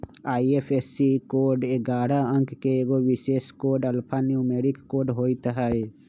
IFSC code ऐगारह अंक के एगो विशेष अल्फान्यूमैरिक कोड होइत हइ